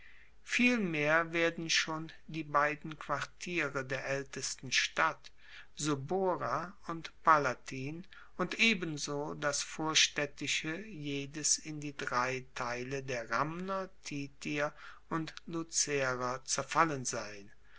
vielmehr werden schon die beiden quartiere der aeltesten stadt subura und palatin und ebenso das vorstaedtische jedes in die drei teile der ramner titier und lucerer zerfallen sein